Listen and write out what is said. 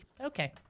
Okay